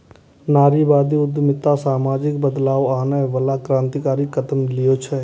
नारीवादी उद्यमिता सामाजिक बदलाव आनै बला क्रांतिकारी कदम छियै